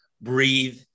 breathe